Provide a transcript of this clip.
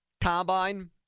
Combine